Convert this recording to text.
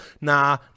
Nah